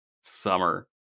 summer